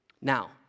Now